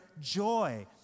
joy